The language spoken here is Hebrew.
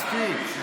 מספיק.